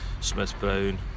Smith-Brown